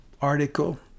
article